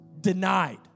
denied